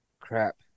Crap